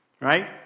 Right